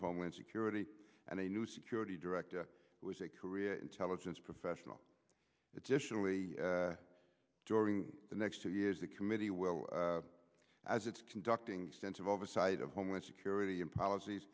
of homeland security and a new security director was a career intelligence professional additionally during the next two years the committee well as its conducting sense of oversight of homeland security and policies